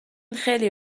خیلی